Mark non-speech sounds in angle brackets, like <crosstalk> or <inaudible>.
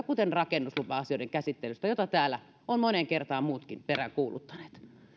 <unintelligible> kuten rakennuslupa asioiden käsittelystä jota täällä ovat moneen kertaan muutkin peräänkuuluttaneet